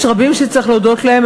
יש רבים שצריך להודות להם.